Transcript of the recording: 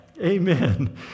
Amen